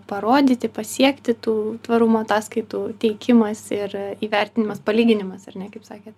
parodyti pasiekti tų tvarumo ataskaitų teikimas ir įvertinimas palyginimas ar ne kaip sakėt